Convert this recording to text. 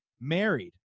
married